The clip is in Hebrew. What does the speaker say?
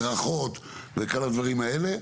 הדרכות וכל הדברים האלה,